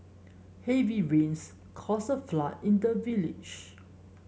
heavy rains caused a flood in the village